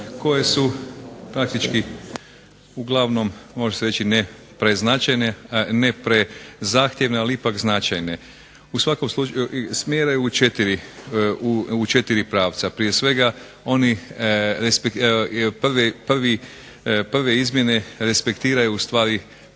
koje su praktički uglavnom može se reći ne preznačajne, ne prezahtjevne ali ipak značajne. U svakom slučaju smjeraju u četiri pravca, prije svega prve izmjene respektiraju ustvari praksu